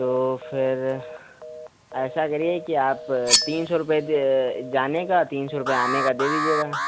तो फिर ऐसा करिए कि आप तीन सौ रुपये जाने का तीन सौ रुपये आने का दे दीजिएगा